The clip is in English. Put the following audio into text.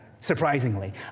Surprisingly